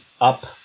up